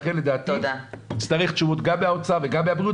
לכן לדעתי נצטרך תשובות גם מהאוצר וגם מהבריאות,